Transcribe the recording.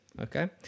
Okay